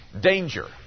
danger